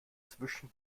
zwischen